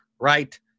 right